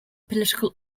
political